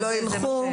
כי אם הם לא ילכו,